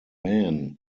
man